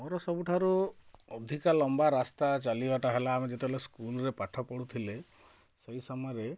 ମୋର ସବୁଠାରୁ ଅଧିକା ଲମ୍ବା ରାସ୍ତା ଚାଲିବାଟା ହେଲା ଆମେ ଯେତେବେଳେ ସ୍କୁଲରେ ପାଠ ପଢ଼ୁଥିଲେ ସେଇ ସମୟରେ